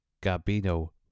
Gabino